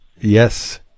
Yes